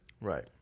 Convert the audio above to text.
Right